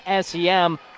sem